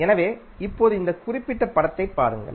எனவே இப்போது இந்த குறிப்பிட்ட படத்தைப் பாருங்கள்